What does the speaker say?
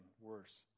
worse